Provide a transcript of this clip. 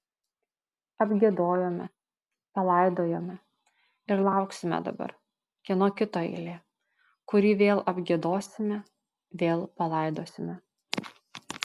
apgiedojome palaidojome ir lauksime dabar kieno kito eilė kurį vėl apgiedosime vėl palaidosime